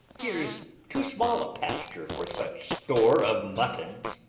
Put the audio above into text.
here's too small a pasture for such store of muttons.